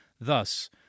Thus